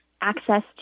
access